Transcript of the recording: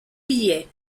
billets